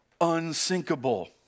unsinkable